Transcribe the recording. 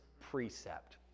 precept